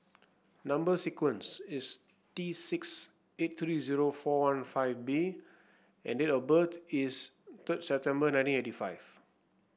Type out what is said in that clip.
number sequence is T six eight three zero four one five B and date of birth is third September nineteen eighty five